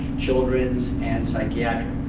children's and psychiatric.